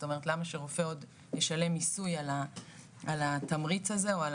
זאת אומרת למה שרופא עוד ישלם מיסוי על התמריץ הזה או על